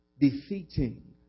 Defeating